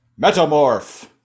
Metamorph